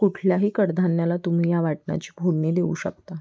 कुठल्याही कडधान्याला तुम्ही या वाटणाची फोडणी देऊ शकता